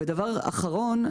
ודבר אחרון,